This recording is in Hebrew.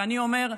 ואני אומר: